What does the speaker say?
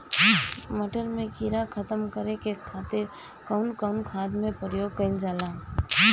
मटर में कीड़ा खत्म करे खातीर कउन कउन खाद के प्रयोग कईल जाला?